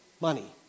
money